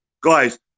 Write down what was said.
Guys